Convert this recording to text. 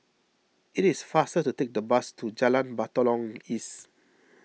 it is faster to take the bus to Jalan Batalong East